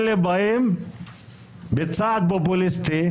אותם אלה באים בצעד פופוליסטי,